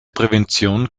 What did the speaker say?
prävention